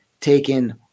taken